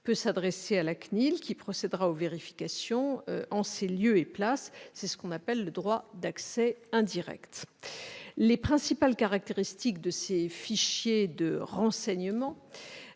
peut s'adresser à la CNIL, qui procédera aux vérifications en son lieu et place. C'est ce que l'on appelle le « droit d'accès indirect ». Les principales caractéristiques de ces fichiers de renseignement-